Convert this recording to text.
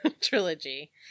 trilogy